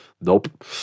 Nope